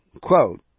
quote